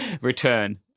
Return